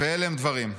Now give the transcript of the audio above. ואלה הם הדברים: